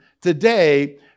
today